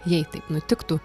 jei taip nutiktų